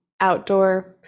outdoor